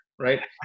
right